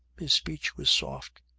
his speech was soft.